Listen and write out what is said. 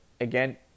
again